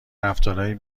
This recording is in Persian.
رفتارهای